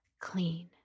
clean